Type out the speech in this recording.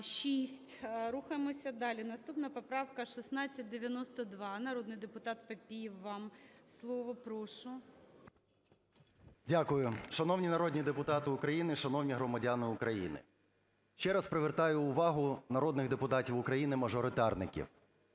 Дякую. Шановні народні депутати України, шановні громадяни України! Ще раз привертаю увагу народних депутатів України мажоритарників,